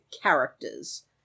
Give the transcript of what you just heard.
characters